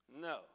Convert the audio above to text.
No